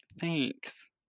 thanks